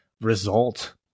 result